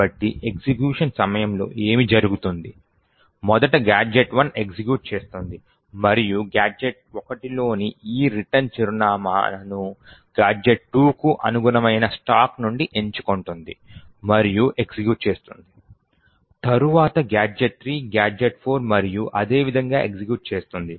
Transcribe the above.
కాబట్టి ఎగ్జిక్యూషన్ సమయంలో ఏమి జరుగుతుంది మొదట గాడ్జెట్ 1 ఎగ్జిక్యూట్ చేస్తుంది మరియు గాడ్జెట్1 లోని ఈ రిటర్న్ చిరునామాను గాడ్జెట్ 2కు అనుగుణమైన స్టాక్ నుండి ఎంచుకొంటుంది మరియు ఎగ్జిక్యూట్ చేస్తుంది తరువాత గాడ్జెట్ 3 గాడ్జెట్ 4 మరియు అదే విధంగా ఎగ్జిక్యూట్ చేస్తుంది